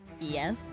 Yes